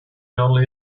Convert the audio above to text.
only